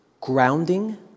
grounding